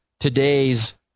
Today's